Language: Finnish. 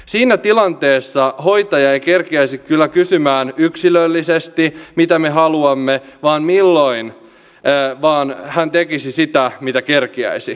siinä tilanteessa hoitaja ei kerkiäisi kyllä kysymään yksilöllisesti mitä me haluamme vaan hän tekisi sitä mitä kerkiäisi